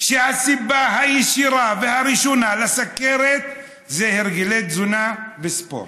שהסיבה הישירה והראשונה לסוכרת היא הרגלי תזונה וספורט,